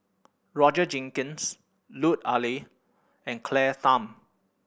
Roger Jenkins Lut Ali and Claire Tham